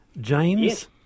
James